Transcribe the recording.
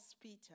Peter